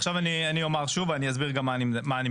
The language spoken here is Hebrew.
עכשיו אני אומר שוב, ואני אסביר גם מה אני מתכוון.